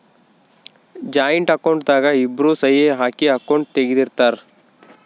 joint account ದಾಗ ಇಬ್ರು ಸಹಿ ಹಾಕಿ ಅಕೌಂಟ್ ತೆಗ್ದಿರ್ತರ್